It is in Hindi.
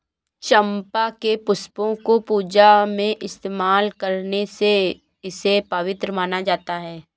चंपा के पुष्पों को पूजा में इस्तेमाल करने से इसे पवित्र माना जाता